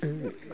ओ